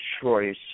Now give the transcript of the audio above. choice